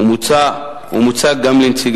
גם אם מבחינה